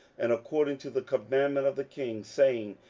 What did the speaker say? and according to the commandment of the king, saying,